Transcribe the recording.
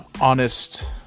honest